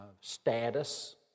status